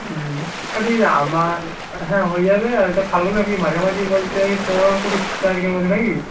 হুম আচ্ছা ঠিক আছে আমার হ্যাঁ হয়ে যাবে আর ওটা ফাল্গুনের কি মাঝামাঝি বলতে ওই পনেরো কুড়ি তারিখের মধ্যে না কি